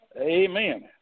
Amen